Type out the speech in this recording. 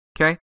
Okay